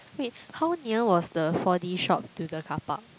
wait how near was the four D shop to the carpark